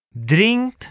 Drinkt